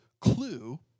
clue